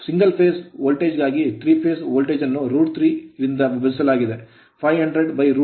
1 phase phase voltage ಗಾಗಿ 3 phase phase voltage ಅನ್ನು √3 ರಿಂದ ವಿಭಜಿಸಿ 500√3